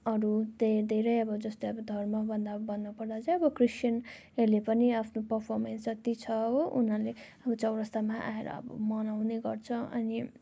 अरू त्यहाँ त्यही धेरै अब जस्तो अब धर्म भन्दा भन्नु पर्दा चाहिँ अब क्रिस्चियन हरूले पनि आफ्नो पर्फमेन्स जति छ हो उनीहरूले अब चौरस्तामा आएर अब मनाउने गर्छ अनि